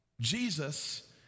Jesus